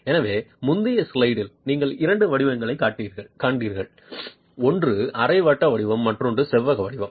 எனவே முந்தைய ஸ்லைடில் நீங்கள் இரண்டு வடிவங்களைக் கண்டீர்கள் ஒன்று அரை வட்ட வடிவம் மற்றொன்று செவ்வக வடிவம்